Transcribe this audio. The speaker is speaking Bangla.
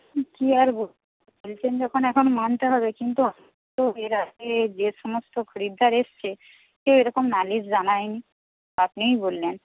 কি আর বলবো বলছেন যখন এখন মানতে হবে কিন্তু আমার তো এর আগে যে সমস্ত খরিদ্দার এসছে কেউ এইরকম নালিশ জানায়নি আপনিই বললেন